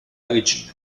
regina